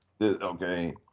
okay